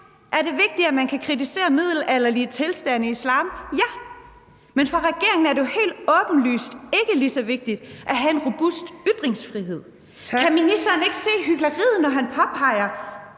Er det vigtigt, at man kan kritisere middelalderlige tilstande i islam? Ja! Men for regeringen er det jo helt åbenlyst ikke lige så vigtigt at have en robust ytringsfrihed. Kan ministeren ikke se hykleriet, når han påpeger,